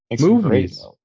Movies